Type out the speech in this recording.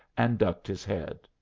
and ducked his head.